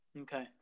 Okay